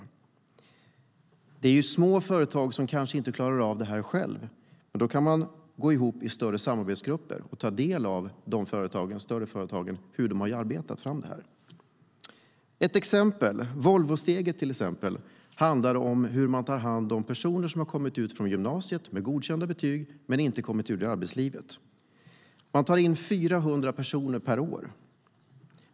Små företag kanske inte klarar av detta själva, men då kan man gå ihop i större samarbetsgrupper och ta del av hur de större företagen har arbetat. Ett exempel: Volvosteget handlar om hur man tar hand om personer som har gått ut gymnasiet med godkända betyg men som inte kommit ut i arbetslivet. Man tar in 400 personer per år.